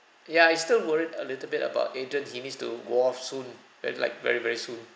ya I still worried a little bit about adrian he needs to go off soon that's like very very soon